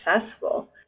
successful